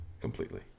completely